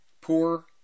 Poor